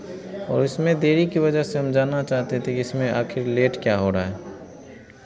और इसमें देरी की वजह से हम जानना चाहते थे कि इसमें आखिर लेट क्या हो रहा है